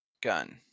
gun